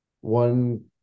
one